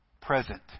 Present